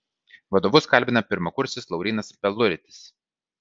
vadovus kalbina pirmakursis laurynas peluritis